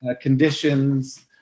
conditions –